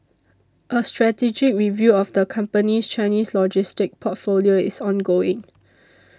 a strategic review of the company's Chinese logistics portfolio is ongoing